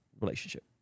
relationship